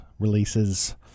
releases